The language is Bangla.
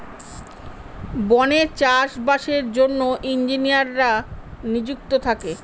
বনে চাষ বাসের জন্য ইঞ্জিনিয়াররা নিযুক্ত থাকে